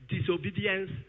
disobedience